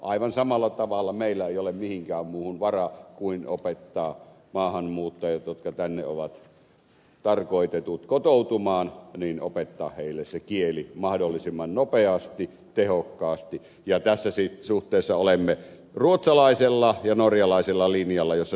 aivan samalla tavalla meillä ei ole mihinkään muuhun varaa kuin opettaa maahanmuuttajille jotka tänne ovat tarkoitetut kotoutumaan se kieli mahdollisimman nopeasti tehokkaasti ja tässä suhteessa olemme ruotsalaisella ja norjalaisella linjalla joka niin ikään lähtee aivan samasta